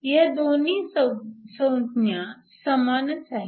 ह्या दोन्ही संज्ञा समानच आहेत